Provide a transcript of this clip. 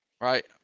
right